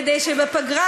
כדי שבפגרה,